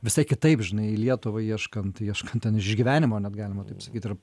visai kitaip žinai į lietuvą ieškant ieškant ten išgyvenimo net galima taip sakyt ir